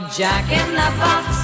jack-in-the-box